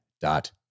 dot